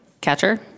Catcher